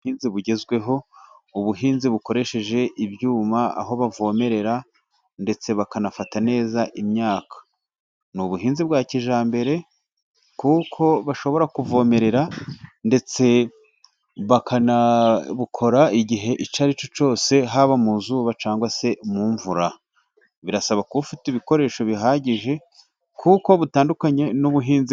Ubuhinzi bugezweho, ubuhinzi bukoresheje ibyuma aho bavomerera ndetse bakanafata neza imyaka, ni ubuhinzi bwa kijyambere kuko bashobora kuvomerera ndetse bakanabukora igihe icyo aricyo cyose, haba mu izuba cyangwa se mu mvura, birasaba ko ufite ibikoresho bihagije kuko butandukanye n'ubuhinzi.